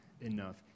enough